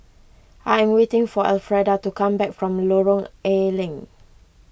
I am waiting for Elfreda to come back from Lorong A Leng